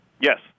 Yes